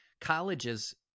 Colleges